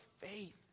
faith